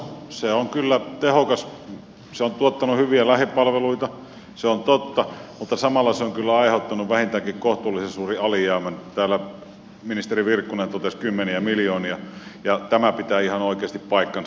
se on kyllä tehokas se on tuottanut hyviä lähipalveluita se on totta mutta samalla se on kyllä aiheuttanut vähintäänkin kohtuullisen suuren alijäämän täällä ministeri virkkunen totesi että kymmeniä miljoonia ja tämä pitää ihan oikeasti paikkansa